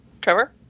Trevor